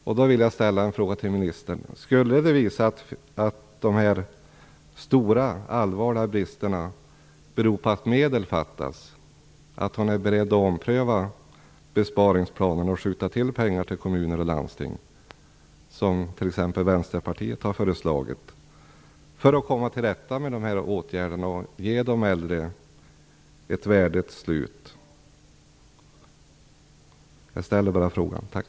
Jag skulle vilja fråga ministern: Om det skulle visa sig att de här stora allvarliga bristerna beror på att medel fattas, är ministern beredd att ompröva besparingsplanen och skjuta till pengar till kommuner och landsting, som t.ex. Vänsterpartiet har föreslagit, för att komma till rätta med bristerna och ge de äldre ett värdigt slut? Jag ställer bara den frågan. Tack!